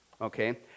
Okay